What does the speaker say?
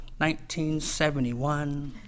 1971